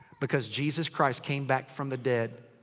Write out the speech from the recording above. because jesus christ came back from the dead.